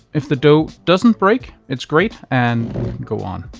if the dough doesn't break, it's great and go on.